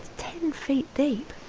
ten feet deep